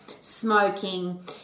smoking